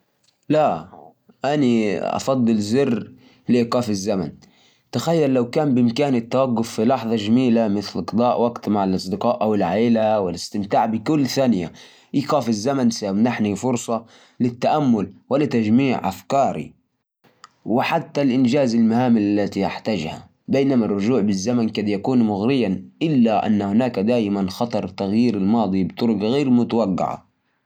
لو عندي خيار ين إيقاف الزمن أو الرجوع فيه أختار زرالرجوع في الزمن ليه؟ عشان لو صار شيء ما عجبني أوفاتتني فرصة أقدر أعدلها وأعيش اللحظة من جديد أما إيقاف الزمن أحس ما له فائدة كبيرة الزمن بيمشي، سواء وقفنا أم لا